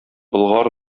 болгар